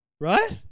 Right